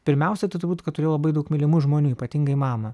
pirmiausia tai turbūt kad turėjau labai daug mylimų žmonių ypatingai mamą